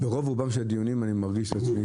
ברוב רובם של הדיונים כאן אני מרגיש עצמי